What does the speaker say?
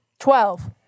Twelve